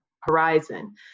horizon